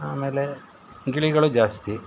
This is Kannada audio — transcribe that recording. ಆಮೇಲೆ ಗಿಳಿಗಳು ಜಾಸ್ತಿ